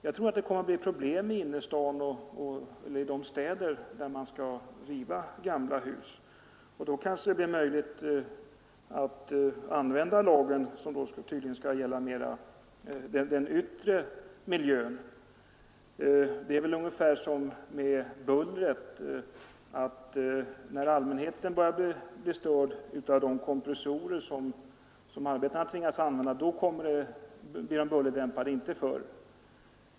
Jag tror att det kommer att bli problem i de städer där man skall riva gamla hus. Då kanske det blir möjligt att använda lagen, som då tydligen mer skall gälla den yttre miljön. Det är väl ungefär som med bullret. När allmänheten börjar bli störd av de kompressorer som arbetarna tvingas använda, då blir de bullerdämpade, inte förr.